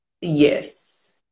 Yes